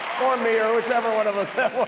or me, or whichever one of us that